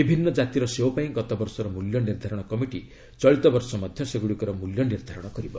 ବିଭିନ୍ନ କାତିର ସେଓ ପାଇଁ ଗତବର୍ଷର ମୂଲ୍ୟ ନିର୍ଦ୍ଧାରଣ କମିଟି ଚଳିତ ବର୍ଷ ମଧ୍ୟ ସେଗୁଡ଼ିକର ମୂଲ୍ୟ ନିର୍ଦ୍ଧାରଣ କରିବ